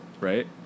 right